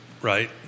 right